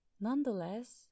Nonetheless